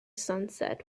sunset